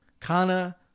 Kana